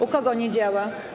U kogo nie działa?